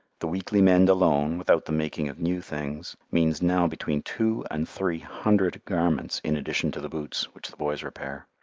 the weekly mend alone, without the making of new things, means now between two and three hundred garments in addition to the boots, which the boys repair.